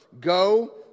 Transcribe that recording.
go